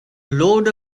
load